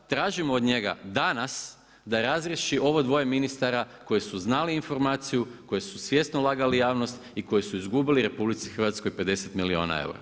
Tražimo od njega danas, da razriješi ovo dvoje ministra koji su znali informaciji, koji su svjesno lagali javnost i koji su izgubili u RH 50 milijuna eura.